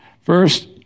First